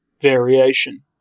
variation